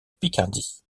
picardie